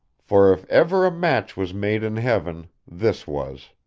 for if ever a match was made in heaven this was.